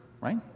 right